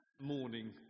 morning